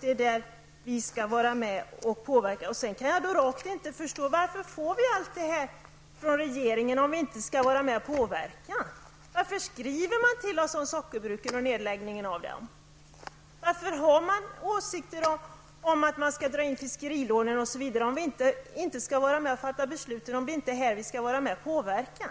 Det är där som jag kan vara med och påverka. Jag kan rakt inte förstå varför vi får allt detta material från regeringen, om vi inte skall vara med och påverka. Varför skriver man till oss om sockerbruken och nedläggningen av dem? Varför har man åsikter om att fiskerilånen osv. skall dras in, om vi inte skall vara här och fatta beslut? Är det inte här vi skall vara med och påverka?